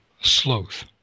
sloth